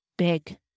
Big